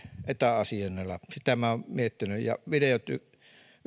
etäasioinnilla sitä olen miettinyt ja videoyhteyksien